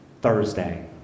Thursday